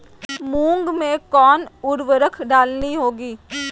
मूंग में कौन उर्वरक डालनी होगी?